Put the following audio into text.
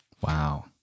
Wow